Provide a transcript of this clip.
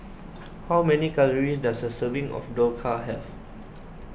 how many calories does a serving of Dhokla have